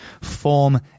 form